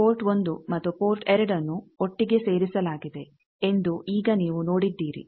port 1 ಮತ್ತು port 2 ಅನ್ನು ಒಟ್ಟಿಗೆ ಸೇರಿಸಲಾಗಿದೆ ಎಂದು ಈಗ ನೀವು ನೋಡಿದ್ದೀರಿ